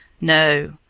No